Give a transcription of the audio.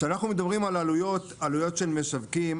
כשאנחנו מדברים על עלויות של משווקים,